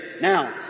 Now